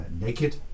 naked